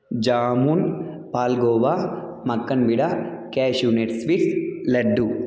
jamun palkova makkan peda cashew nut sweets laddu